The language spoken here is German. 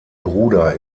bruder